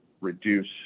reduce